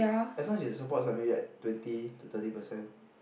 as long as it supports something like twenty to thirty percent